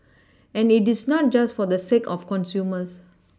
and it is not just for the sake of consumers